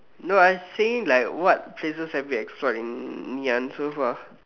no I saying like what places have you explored in Ngee-Ann so far